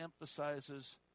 emphasizes